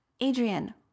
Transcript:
Adrian